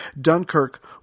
Dunkirk